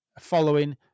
following